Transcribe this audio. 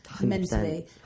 mentally